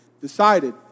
decided